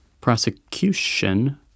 prosecution